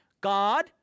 God